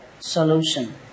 solution